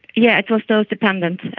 yeah it was dose-dependent.